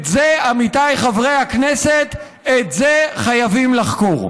את זה, עמיתיי חברי הכנסת, את זה חייבים לחקור.